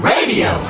Radio